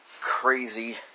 crazy